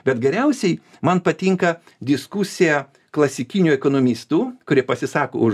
bet geriausiai man patinka diskusija klasikinių ekonomistų kurie pasisako už